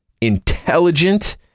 intelligent